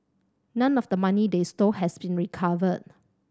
none of the money they stole has been recovered